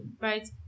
right